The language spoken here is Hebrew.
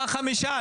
מה חמישה?